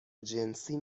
جنسی